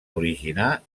originar